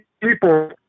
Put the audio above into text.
people